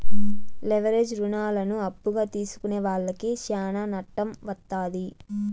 leverage రుణాలను అప్పుగా తీసుకునే వాళ్లకి శ్యానా నట్టం వత్తాది